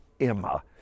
Emma